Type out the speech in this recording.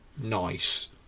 nice